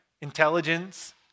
intelligence